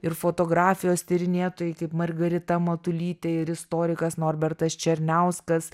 ir fotografijos tyrinėtojai kaip margarita matulytė ir istorikas norbertas černiauskas